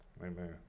Amen